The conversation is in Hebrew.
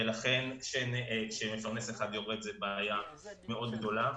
ולכן כשמפרנס אחד יורד זו בעיה מאוד גדולה.